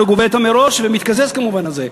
אבל הוא גובה אותו מראש ומתקזז כמובן על זה.